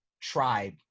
tribe